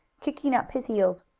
kicking up his heels.